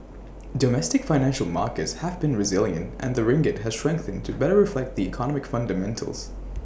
domestic financial markets have been resilient and the ringgit has strengthened to better reflect the economic fundamentals